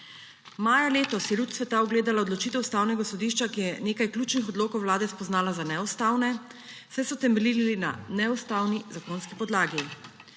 Maja letos je luč sveta ugledala odločitev Ustavnega sodišča, ki je nekaj ključnih odlokov Vlade spoznala za neustavne, saj so temeljili na neustavni zakonski podlagi.